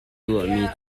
tuahmi